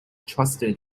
trusted